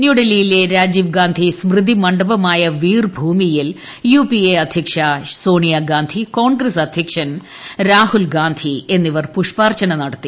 ന്യൂഡൽഹിയിലെ രാജീവ്ഗാന്ധി സ്മൃതി മണ്ഡപമായ വീർ ഭൂമിയിൽ U P A അധ്യക്ഷ സോണിയാഗാന്ധി കോൺഗ്രസ് അധ്യക്ഷൻ രാഹുൽഗാന്ധി എന്നിവർ പുഷ്പാർച്ചന നടത്തി